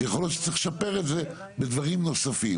יכול להיות שנצטרך לשפר את זה בדברים נוספים.